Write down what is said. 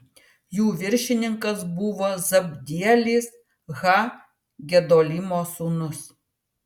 jų viršininkas buvo zabdielis ha gedolimo sūnus